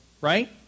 right